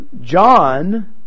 John